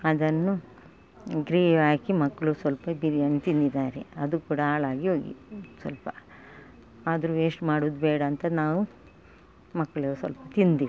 ಅದನ್ನು ಗ್ರೇವಿ ಹಾಕಿ ಮಕ್ಕಳು ಸ್ವಲ್ಪ ಬಿರಿಯಾನಿ ತಿಂದಿದ್ದಾರೆ ಅದು ಕೂಡ ಹಾಳಾಗಿ ಹೋಗಿದೆ ಸ್ವಲ್ಪ ಆದರು ವೇಸ್ಟ್ ಮಾಡೋದ್ಬೇಡ ಅಂತ ನಾವು ಮಕ್ಕಳು ಸ್ವಲ್ಪ ತಿಂದಿವಿ